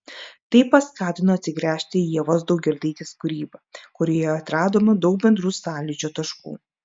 tai paskatino atsigręžti į ievos daugirdaitės kūrybą kurioje atradome daug bendrų sąlyčio taškų